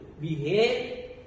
behave